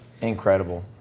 Incredible